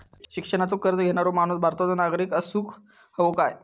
शिक्षणाचो कर्ज घेणारो माणूस भारताचो नागरिक असूक हवो काय?